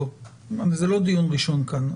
זה לא דיון ראשון כאן.